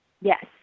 yes